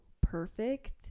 perfect